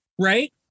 right